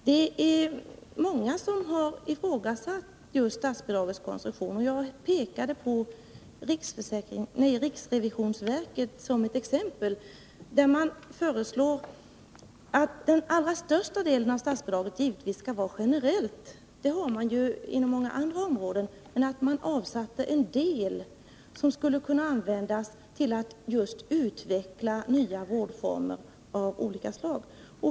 Det är många som ifrågasatt just statsbidragets konstruktion, och jag pekade på riksrevisionsverket som ett exempel där man föreslår att den allra största delen av statsbidraget givetvis skall vara generellt, vilket det är inom många andra områden, men att man avsätter en del som skulle kunna användas till att utveckla just nya vårdformer av olika slag.